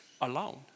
alone